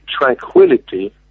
tranquility